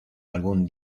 algún